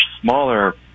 smaller